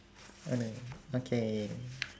oh no okay